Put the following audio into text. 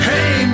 Hey